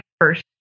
first